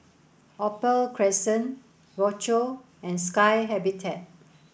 Opal Crescent Rochor and Sky Habitat